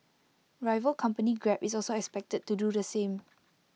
rival company grab is also expected to do the same